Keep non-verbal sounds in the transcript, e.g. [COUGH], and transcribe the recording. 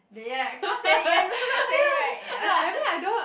then ya I cannot stand it ya you also can't stand it right ya [LAUGHS]